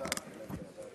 השר,